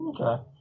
Okay